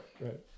right